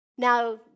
Now